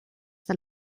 del